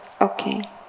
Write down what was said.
Okay